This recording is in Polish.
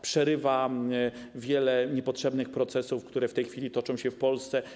Przerywa wiele niepotrzebnych procesów, które w tej chwili toczą się w Polsce.